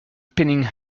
pinning